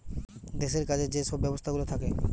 দেশের কাজে যে সব ব্যবস্থাগুলা থাকে